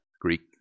Greek